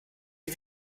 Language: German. die